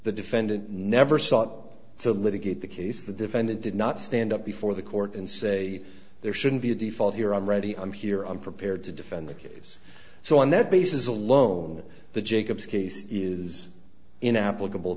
the defendant never sought to litigate the case the defendant did not stand up before the court and say there shouldn't be a default here i'm ready i'm here i'm prepared to defend the case so on that basis alone the jacobs case is in applicable